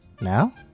Now